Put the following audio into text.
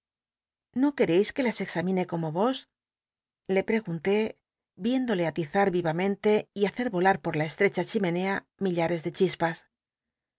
no quereis que las examine como vos le pregun té y iéndolc aliza r yi amcnl c y hacer volar por la estl'echa chimenea rni llates de chispas